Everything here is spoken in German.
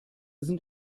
sind